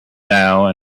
now